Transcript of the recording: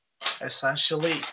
essentially